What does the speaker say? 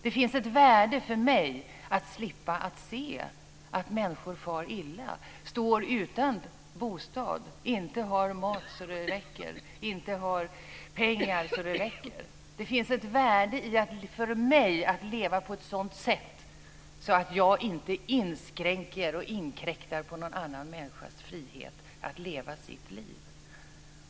Det finns för mig ett värde i att slippa se att människor far illa - står utan bostad, inte har mat så det räcker och inte har pengar så det räcker. Och det finns för mig ett värde i att leva på ett sådant sätt att jag inte inskränker och inkräktar på någon annan människas frihet att leva sitt liv.